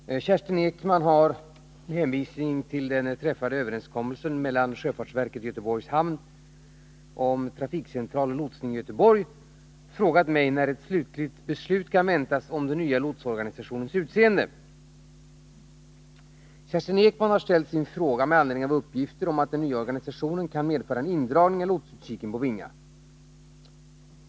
Herr talman! Kerstin Ekman har, med hänvisning till den träffade överenskommelsen mellan sjöfartsverket och Göteborgs hamn om trafikcentral och lotsning i Göteborg, frågat mig när ett slutligt beslut kan väntas om den nya lotsorganisationens utseende. Kerstin Ekman har ställt sin fråga med anledning av uppgifter om att den nya organisationen kan medföra en indragning av lotsutkiken på Vinga.